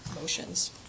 motions